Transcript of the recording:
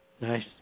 Nice